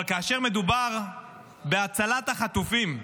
אבל כאשר מדובר בהצלת החטופים,